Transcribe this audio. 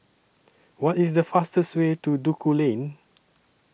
What IS The fastest Way to Duku Lane